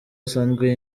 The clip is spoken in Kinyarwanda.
asanzwe